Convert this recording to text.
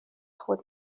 خود